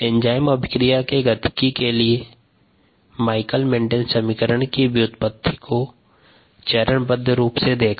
enzyme अभिक्रिया के गतिकी के लिए माइकलिस मेन्टेन समीकरण की व्युत्पत्ति को चरणबद्ध रूप से देखा